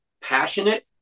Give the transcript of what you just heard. passionate